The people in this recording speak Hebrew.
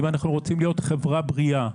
אם אנחנו רוצים להיות חברה בריאה,